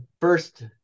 first